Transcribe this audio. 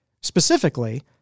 Specifically